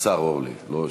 השר, אורלי, לא היושב-ראש.